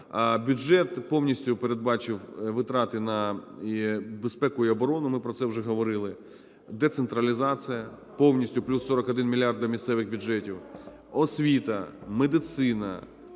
бюджет повністю передбачив витрати на безпеку і оборону, ми про це вже говорили, децентралізація повністю плюс 41 мільярд до місцевих бюджетів, освіта, медицина,